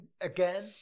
again